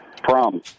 Prom